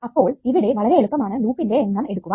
അപ്പോൾ ഇവിടെ വളരെ എളുപ്പം ആണ് ലൂപ്പിന്റെ എണ്ണം എടുക്കുവാൻ